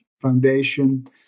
Foundation